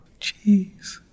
Jeez